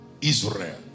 Israel